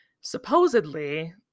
supposedly